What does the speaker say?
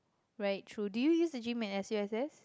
right true do you use the gym at S_U_S_S